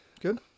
good